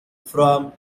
from